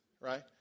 right